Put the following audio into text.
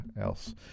else